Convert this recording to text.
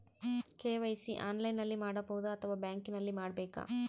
KYC ಆನ್ಲೈನಲ್ಲಿ ಮಾಡಬಹುದಾ ಅಥವಾ ಬ್ಯಾಂಕಿನಲ್ಲಿ ಮಾಡ್ಬೇಕಾ?